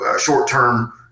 short-term